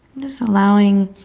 just allowing